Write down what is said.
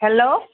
hello